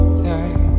time